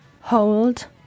hold